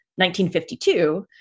1952